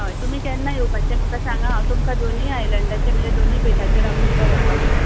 होय तुमी केन्ना येवपाची म्हाका सांगात हांव तुमकां दोनीय आयलँडाचेर म्हणजे दोनीय बेटांचेर हांव तुमकां व्हरपाक शकतां